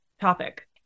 topic